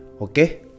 Okay